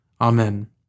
Amen